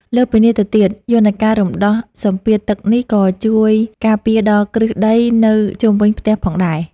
លើសពីនេះទៅទៀត យន្តការរំដោះសម្ពាធទឹកនេះក៏ជួយការពារដល់គ្រឹះដី នៅជុំវិញផ្ទះផងដែរ ។